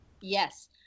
Yes